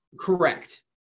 Correct